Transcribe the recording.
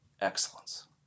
excellence